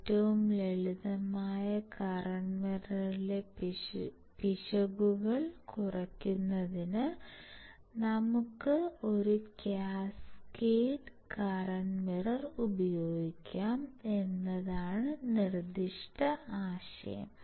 ഏറ്റവും ലളിതമായ കറൻറ് മിററിലെ പിശകുകൾ കുറയ്ക്കുന്നതിന് നമുക്ക് ഒരു കാസ്കേഡ് കറന്റ് മിറർ ഉപയോഗിക്കാം എന്നതാണ് നിർദ്ദിഷ്ട ആശയം